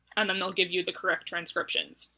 and then they'll give you the correct transcriptions.